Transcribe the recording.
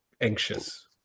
anxious